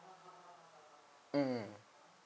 mm